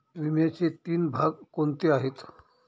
विम्याचे तीन भाग कोणते आहेत?